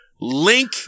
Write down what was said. Link